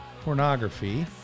pornography